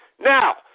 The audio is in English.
Now